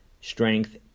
strength